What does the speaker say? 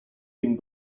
being